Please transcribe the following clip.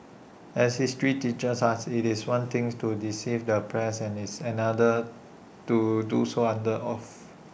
as history teaches us IT is one things to deceive the press and is another to do so under oath